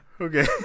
Okay